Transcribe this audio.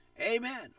Amen